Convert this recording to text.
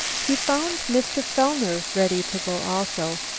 he found mr. fellner ready to go also,